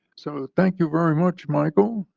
so thank you very much, michael,